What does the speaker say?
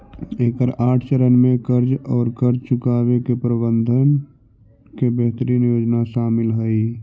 एकर आठ चरण में कर्ज औउर कर्ज चुकावे के प्रबंधन के बेहतरीन योजना शामिल हई